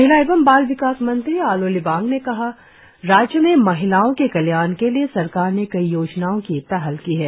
महिला एवं बाल विकास मंत्री आलो लिबांग ने कहा राज्य में महिलाओं के कल्याण के लिए सरकार ने कई योजनाओं की पहल की है